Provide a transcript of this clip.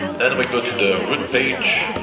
then we go to the route page,